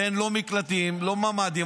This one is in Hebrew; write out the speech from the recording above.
אין לא מקלטים ולא ממ"דים.